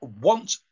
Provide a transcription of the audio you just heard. want